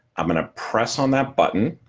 i'm going to press on that button.